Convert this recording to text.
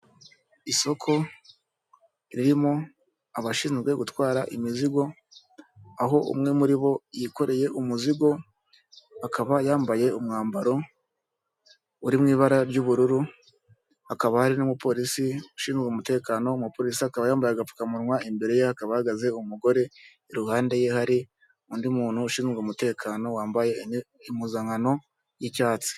Isoko ririmo abashinzwe gutwara imizigo, aho umwe muri bo yikoreye umuzigo akaba yambaye umwambaro uri mu ibara ry'ubururu, hakaba hari n'umupolisi ushinzwe umutekano, umupolisi akaba yambaye agapfukamunwa imbere ye hakaba hahagaze umugore, iruhande ye hari undi muntu ushinzwe umutekano wambaye impuzankano y'icyatsi.